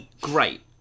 great